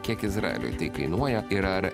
kiek izraeliui tai kainuoja ir ar